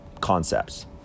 concepts